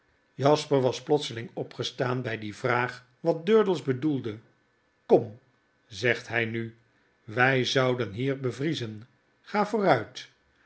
jasper was plotseling opgestaan by die vraag wat durdels bedoelde kom zegt by nu wrj zouden hier bevriezen ga vooruit